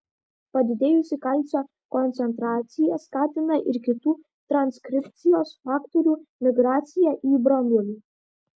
padidėjusi kalcio koncentracija skatina ir kitų transkripcijos faktorių migraciją į branduolį